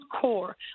core